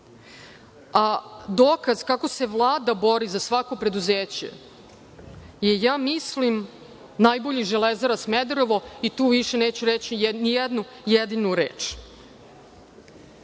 sada. Dokaz kako se Vlada bori za svako preduzeće je, ja mislim, najbolji Železara Smederevo i tu više neću reći ni jednu jedinu reč. Na